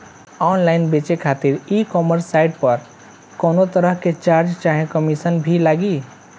Online बेचे खातिर e commerce site पर कौनोतरह के चार्ज चाहे कमीशन भी लागी?